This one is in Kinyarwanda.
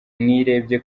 nirebye